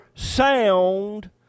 Sound